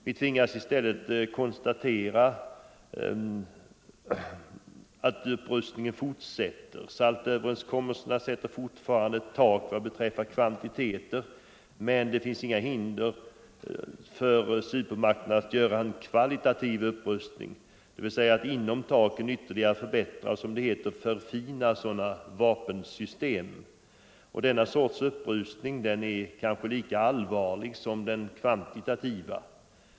Vi tvingas i stället konstatera att upprustningen fortsätter. SALT-överenskommelserna sätter fortfarande ett tak vad beträffar kvantiteter, men det finns inga hinder för supermakterna att göra en kvalitativ upprustning, dvs. att under det tak som finns ytterligare förbättra och — som det heter — förfina sina vapensystem. Denna sorts upprustning är kanske lika allvarlig som den kvantitativa.